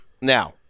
Now